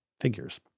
figures